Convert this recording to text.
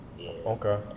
okay